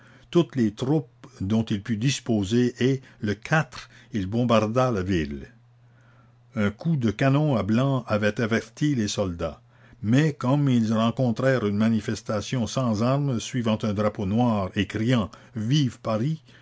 toutes les troupes dont il put disposer et le il bombarda la ville un coup de canon à blanc avait averti les soldats mais comme ils rencontrèrent une manifestation sans armes suivant un drapeau noir et criant vive paris